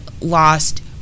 lost